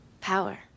Power